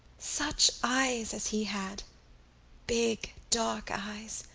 such eyes as he had big, dark eyes!